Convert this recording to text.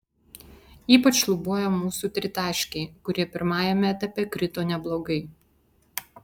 ypač šlubuoja mūsų tritaškiai kurie pirmajame etape krito neblogai